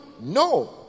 No